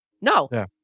No